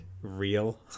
real